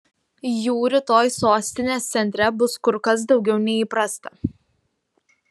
jų rytoj sostinės centre bus kur kas daugiau nei įprasta